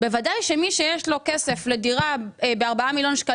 בוודאי שלמי שיש כסף לדירה ב-4 מיליון ש"ח